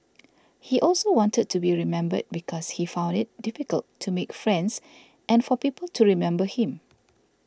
he also wanted to be remembered because he found it difficult to make friends and for people to remember him